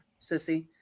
sissy